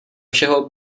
všeho